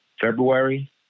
February